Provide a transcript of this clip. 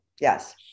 yes